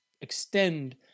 extend